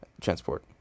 transport